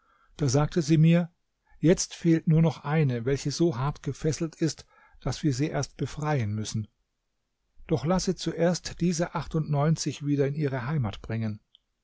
da sagte sie mir jetzt fehlt nur noch eine welche so hart gefesselt ist daß wir sie erst befreien müssen doch lasse zuerst diese achtundneunzig wieder in ihre heimat bringen